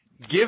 Give